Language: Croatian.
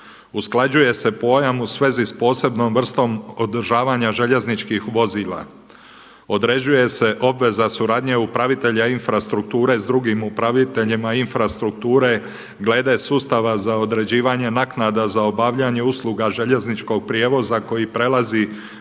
Usklađuje se pojam u svezi s posebnom vrstom održavanja željezničkih vozila. Određuje se obveza suradnje upravitelja infrastrukture s drugim upraviteljima infrastrukture glede sustava za određivanje naknada za obavljanje usluga željezničkog prijevoza koji prelazi